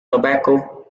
tobacco